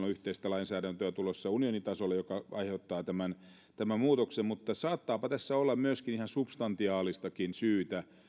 yhteistä lainsäädäntöä tulossa unionitasolla mikä aiheuttaa tämän muutoksen mutta saattaapa tässä olla myöskin ihan substantiaalistakin syytä